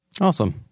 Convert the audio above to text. Awesome